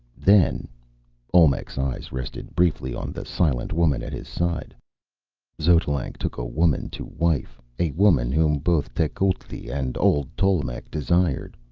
then olmec's eyes rested briefly on the silent woman at his side xotalanc took a woman to wife, a woman whom both tecuhltli and old tolkemec desired.